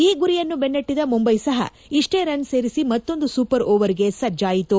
ಈ ಗುರಿಯನ್ನು ಬೆನ್ನಟ್ಟಿದ ಮುಂಬೈ ಸಹ ಇಷ್ವೇ ರನ್ ಸೇರಿಸಿ ಮತ್ತೊಂದು ಸೂಪರ್ ಓವರ್ಗೆ ಸಜ್ಜಾಯಿತು